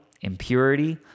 impurity